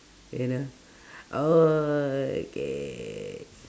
you know okay